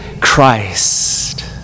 Christ